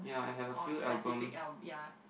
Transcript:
or specific al~ ya